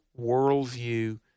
worldview